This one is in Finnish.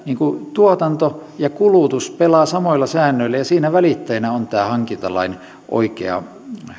tuotanto ja kulutus pelaavat samoilla säännöillä ja siinä välittäjänä on tämä hankintalain oikea